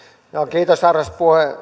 kiitos arvoisa